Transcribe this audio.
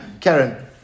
Karen